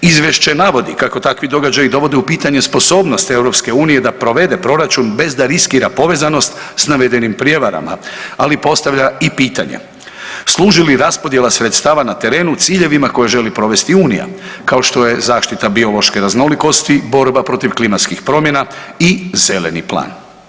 Izvješće navodi kako takvi događaji dovode u pitanje sposobnost EU da provede proračun bez da riskira povezanost s navedenim prijevarama, ali postavlja i pitanje, služi li raspodjela sredstava na terenu ciljevima koje želi provesti Unija kao što je zaštita biološke raznolikosti, borba protiv klimatskih promjena i Zeleni plan?